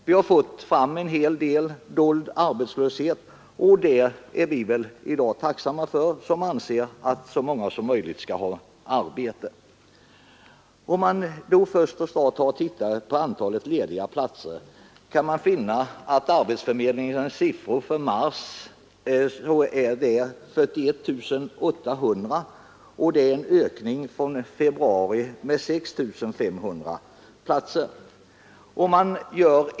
Vi har på det sättet fått fram en dold arbetslöshet, och det är vi tacksamma för som anser att så många som möjligt skall ha arbete. Arbetsförmedlingens siffror för mars visar 41 800 lediga platser, vilket innebär en ökning från februari med 6 500 platser.